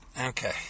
Okay